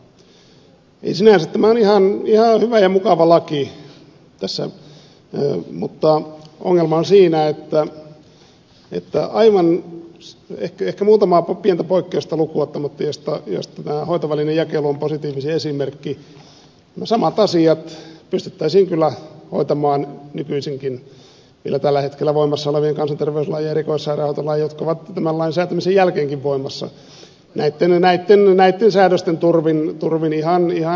sinänsä tämä on ihan hyvä ja mukava laki mutta ongelma on siinä että ehkä aivan muutamaa pientä poikkeusta lukuun ottamatta josta tämä hoitovälinejakelu on positiivisin esimerkki samat asiat pystyttäisiin kyllä hoitamaan nykyisinkin vielä tällä hetkellä voimassa olevien kansanterveyslain ja erikoissairaanhoitolain jotka ovat tämän lain säätämisen jälkeenkin voimassa säädösten turvin ihan yhtä hyvin